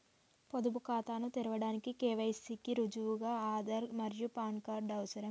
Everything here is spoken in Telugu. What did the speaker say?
పొదుపు ఖాతాను తెరవడానికి కే.వై.సి కి రుజువుగా ఆధార్ మరియు పాన్ కార్డ్ అవసరం